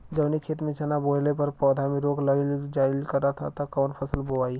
जवने खेत में चना बोअले पर पौधा में रोग लग जाईल करत ह त कवन फसल बोआई?